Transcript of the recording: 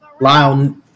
Lyle